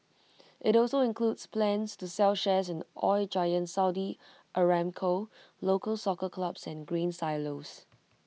IT also includes plans to sell shares in oil giant Saudi Aramco local Soccer clubs and Grain Silos